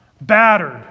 battered